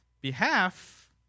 behalf